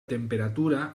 temperatura